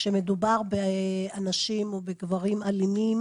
כשמדובר באנשים ובגברים אלימים,